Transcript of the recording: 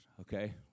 Okay